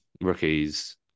rookies